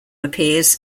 appears